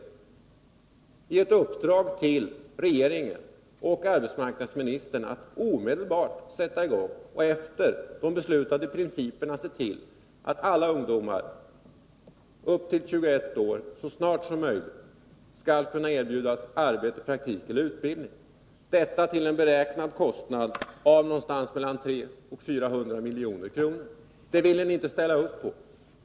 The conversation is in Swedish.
Det var ett uppdrag till regeringen och arbetsmarknadsministern att omedelbart sätta i gång och efter de beslutade principerna se till att alla ungdomar upp till 21 års ålder så snart som möjligt skall kunna erbjudas arbete, praktik eller utbildning — detta till en beräknad kostnad av 300-400 milj.kr. Det ville ni inte ställa upp på.